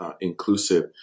inclusive